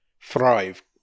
thrive